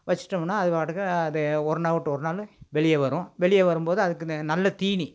வச்சிட்டோம்னா அதுபாட்டுக்கு அது ஒரு நாள்விட்டு ஒரு நாள் வெளியே வரும் வெளியே வரும் போது அதுக்கு ந நல்லத் தீனி